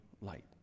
light